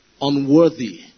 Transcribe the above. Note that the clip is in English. Unworthy